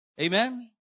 amen